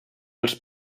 els